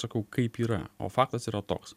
sakau kaip yra o faktas yra toks